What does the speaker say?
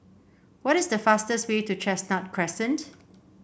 what is the fastest way to Chestnut Crescent